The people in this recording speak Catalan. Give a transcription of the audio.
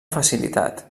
facilitat